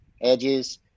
edges